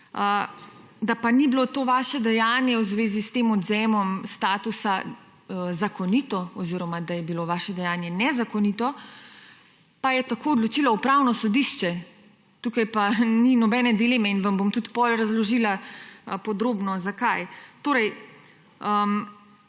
Da pa ni bilo to vaše dejanje v zvezi s tem odvzemom statusa zakonito oziroma da je bilo vaše dejanje nezakonito, pa je tako odločilo Upravno sodišče. Tukaj pa ni nobene dileme in vam bom tudi potem podrobno